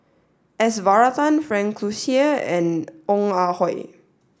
s Varathan Frank Cloutier and Ong Ah Hoi